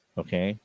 okay